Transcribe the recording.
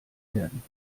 werden